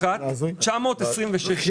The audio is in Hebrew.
בדף - 15,841,926 שקלים.